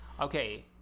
Okay